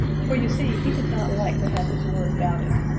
for you see he did not like to have his word doubted.